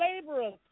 laborers